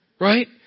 Right